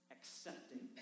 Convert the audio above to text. Accepting